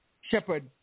shepherd